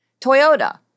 Toyota